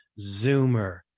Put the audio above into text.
Zoomer